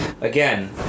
Again